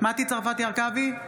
מטי צרפתי הרכבי,